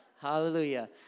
Hallelujah